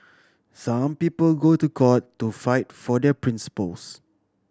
some people go to court to fight for their principles